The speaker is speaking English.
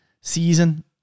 season